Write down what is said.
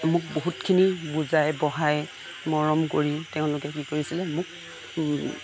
মোক বহুতখিনি বুজাই বঢ়াই মৰম কৰি তেওঁলোকে কি কৰিছিলে মোক